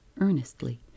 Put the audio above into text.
earnestly